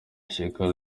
shekau